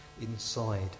inside